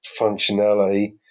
functionality